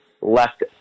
left